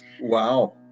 Wow